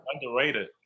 underrated